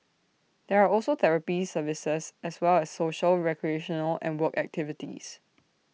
there are also therapy services as well as social recreational and work activities